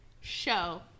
Show